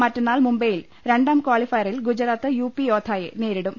മറ്റന്നാൾ മുംബൈയിൽ രണ്ടാം കാളിഫയറിൽ ഗുജറാത്ത് യു പി യോദ്ധായെ നേരിടും